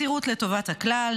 מסירות לטובת הכלל,